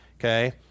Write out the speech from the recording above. okay